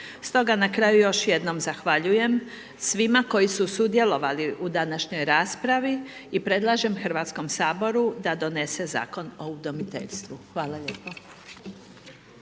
Stoga na kraju još jednom zahvaljujem svima koji su sudjelovali u današnjoj raspravi i predlažem Hrvatskom saboru da donese Zakon o udomiteljstvu. Hvala lijepo.